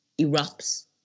erupts